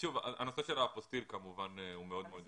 הנושא של האפוסטיל כמובן הוא מאוד מאוד ידוע.